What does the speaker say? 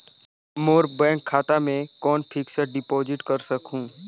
मोर bank खाता मे कौन फिक्स्ड डिपॉजिट कर सकहुं?